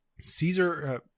Caesar